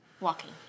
Walking